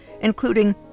including